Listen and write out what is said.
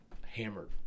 hammered